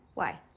why?